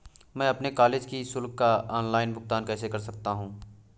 मैं अपने कॉलेज की शुल्क का ऑनलाइन भुगतान कैसे कर सकता हूँ?